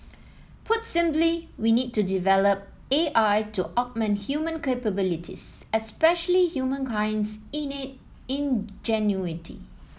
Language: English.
put simply we need to develop A I to augment human capabilities especially humankind's innate ingenuity